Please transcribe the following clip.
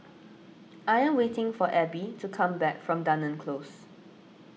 I am waiting for Abbey to come back from Dunearn Close